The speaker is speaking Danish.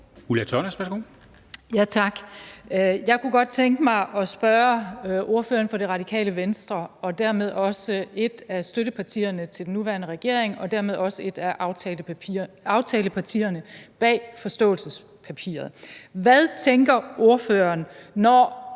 Jeg kunne godt tænke mig at spørge ordføreren for Det Radikale Venstre og dermed også et af støttepartierne til den nuværende regering og dermed også et af aftalepartierne bag forståelsespapiret, hvad hun tænker, når